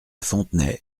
fontenay